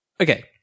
Okay